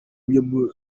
bigo